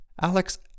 Alex